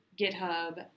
GitHub